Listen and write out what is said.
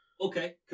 Okay